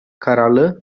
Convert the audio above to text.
kararlı